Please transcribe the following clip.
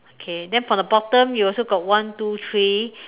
okay then from the bottom you also got one two three